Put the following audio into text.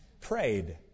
prayed